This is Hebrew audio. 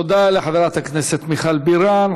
תודה לחברת הכנסת מיכל בירן.